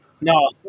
No